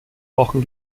wochen